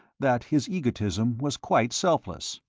that his egotism was quite selfless.